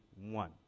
one